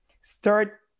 start